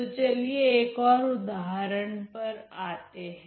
तो चलिए एक ओर उदाहरण पर आते हैं